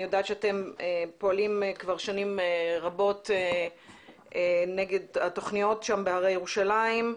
אני יודעת שאתם פועלים כבר שנים רבות נגד התכניות בהרי ירושלים.